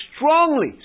strongly